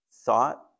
thought